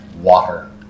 water